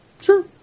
Sure